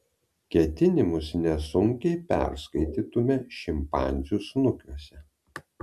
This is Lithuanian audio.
ketinimus nesunkiai perskaitytume šimpanzių snukiuose